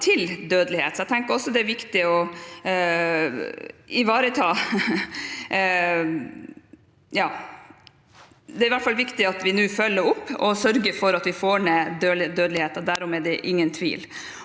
til dødelighet. Jeg tenker det er viktig at vi følger opp og sørger for at vi får ned dødeligheten. Derom er det ingen tvil.